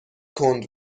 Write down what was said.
کند